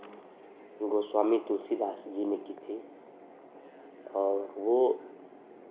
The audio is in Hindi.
गोस्वामी तुलसीदास जी ने की थी और वो